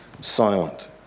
silent